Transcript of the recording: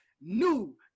New